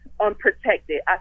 unprotected